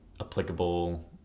applicable